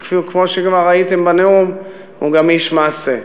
כמו שכבר ראיתם בנאום, הוא גם איש מעשה.